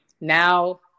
now